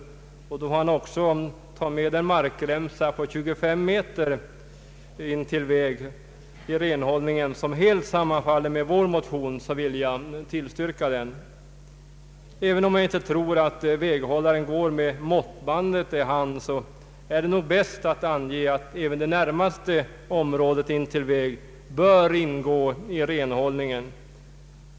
Då han i renhållningen också tar med en markremsa på 25 meter intill väg, vilket helt sammanfaller med vår motion, vill jag tillstyrka reservation I. även om jag inte tror att väghållaren går med måttbandet i hand är det nog bäst att ange att också det närmaste området intill väg bör ingå i renhållningen.